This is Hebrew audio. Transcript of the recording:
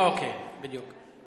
אוקיי, בדיוק.